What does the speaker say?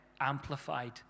amplified